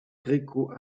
gréco